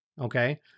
Okay